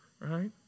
right